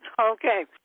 Okay